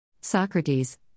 Socrates